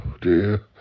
dear